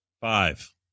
Five